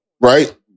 right